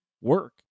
work